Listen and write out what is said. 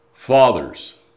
Fathers